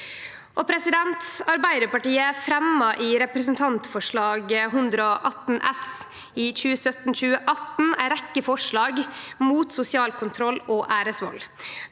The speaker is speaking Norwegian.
Arbeidarpartiet fremja i Representantforslag 118 S for 2017–2018 ei rekkje forslag mot sosial kontroll og æresvald,